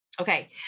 okay